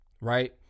right